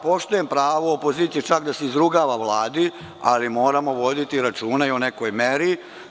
Poštujem pravo opozicije čak da se izrugava Vladi, ali moramo voditi računa i o nekoj meri.